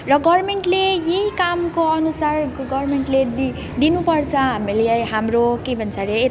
र गभर्मेन्टले यही कामको अनुसार गभर्मेन्टले दि दिनुपर्छ हामीलाई हाम्रो के भन्छ अरे